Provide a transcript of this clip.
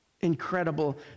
incredible